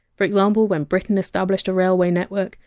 for example, when britain established a railway network,